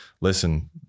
listen